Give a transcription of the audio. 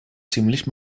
ziemlich